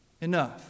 enough